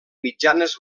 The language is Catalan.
mitjanes